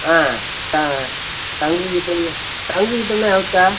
ஆ ஆ சங்கு கிட்டேனா சங்கு கிட்டேனா எவுத்த